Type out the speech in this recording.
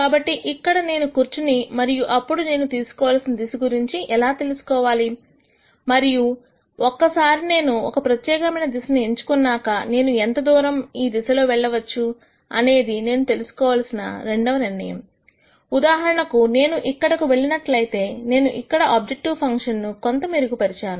కాబట్టి నేను ఇక్కడ కూర్చుని మరియు అప్పుడు నేను తీసుకోవలసిన దిశ గురించి తెలుసుకోవాలి మరియు ఒక్కసారి నేను ఒక ప్రత్యేకమైన దిశను ఎంచుకున్నాక నేను ఎంత దూరం ఈ దిశలో వెళ్ళవచ్చు అనేది నేను తీసుకోవాల్సిన రెండవ నిర్ణయం ఉదాహరణకు నేను ఇక్కడకు వెళ్ళినట్లయితే నేను ఇక్కడ ఆబ్జెక్టివ్ ఫంక్షన్ ను కొంత మెరుగు పరిచాను